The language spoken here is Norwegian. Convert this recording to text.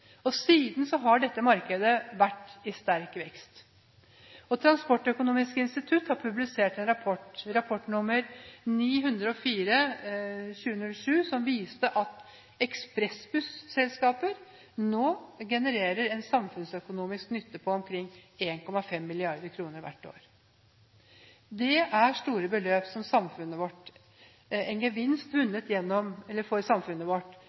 har dette markedet vært i sterk vekst. Transportøkonomisk institutt har publisert en rapport – rapport 904/2007 – som viste at ekspressbusselskaper genererer en samfunnsøkonomisk nytte på omkring 1,5 mrd. kr hvert år. Det er store beløp for samfunnet vårt – en gevinst